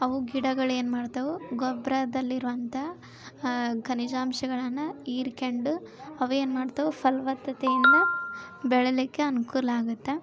ಅವು ಗಿಡಗಳೇನು ಮಾಡ್ತಾವು ಗೊಬ್ಬರದಲ್ಲಿರುವಂಥ ಖನಿಜಾಂಶಗಳನ್ನು ಹೀರ್ಕೊಂಡು ಅವೇನು ಮಾಡ್ತಾವು ಫಲವತ್ತತೆಯಿಂದ ಬೆಳೀಲಿಕ್ಕೆ ಅನುಕೂಲ ಆಗುತ್ತೆ